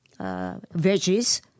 veggies